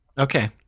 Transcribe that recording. Okay